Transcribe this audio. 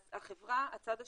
אז הצד השני,